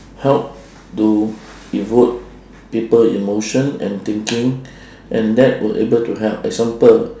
help to evoke people emotion and thinking and that will able to help example